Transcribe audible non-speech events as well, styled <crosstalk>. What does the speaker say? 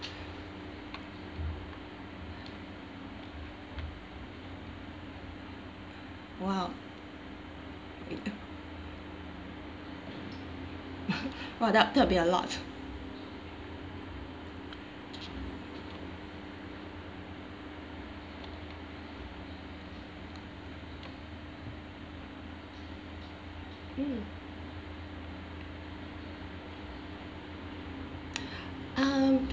!wow! <noise> <laughs> !wah! that to be a lot mm <breath> um